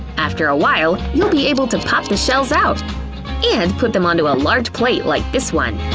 after a while, you'll be able to pup the shells out and put them onto a large plate like this one.